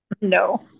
No